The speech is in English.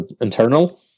internal